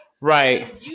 Right